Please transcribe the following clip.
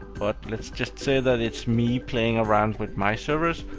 but let's just say that it's me playing around with my servers.